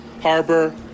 Harbor